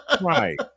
Right